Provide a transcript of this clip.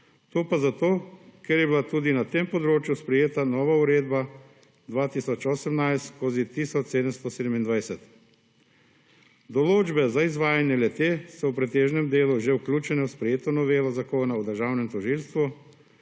to pa zato, ker je bila tudi na tem področju sprejeta nova Uredba 2018/1727. Določbe za izvajanje le-te so v pretežnem delu že vključene v sprejeto novelo Zakona o državnem tožilstvu,